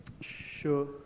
Sure